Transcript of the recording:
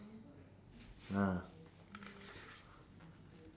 ah